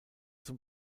zum